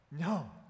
No